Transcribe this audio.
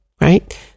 right